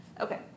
Okay